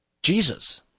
Jesus